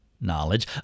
knowledge